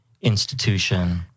institution